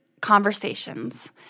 conversations